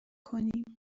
کنیم